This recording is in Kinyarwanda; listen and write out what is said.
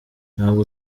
ntabwo